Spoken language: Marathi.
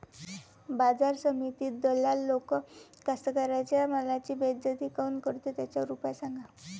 बाजार समितीत दलाल लोक कास्ताकाराच्या मालाची बेइज्जती काऊन करते? त्याच्यावर उपाव सांगा